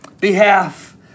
behalf